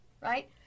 right